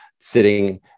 sitting